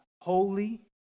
holy